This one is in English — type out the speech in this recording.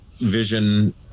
Vision